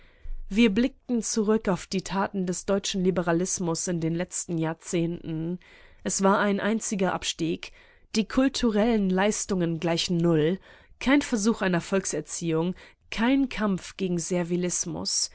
wir blicken zurück auf die taten des deutschen liberalismus in den letzten jahrzehnten er war ein einziger abstieg die kulturellen leistungen gleich null kein versuch einer volkserziehung kein kampf gegen